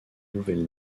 nouvelle